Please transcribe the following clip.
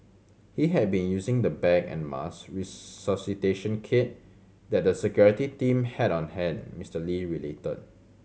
he had been using the bag and mask resuscitation kit that the security team had on hand Mister Lee related